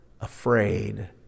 afraid